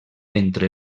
entre